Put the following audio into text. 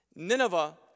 Nineveh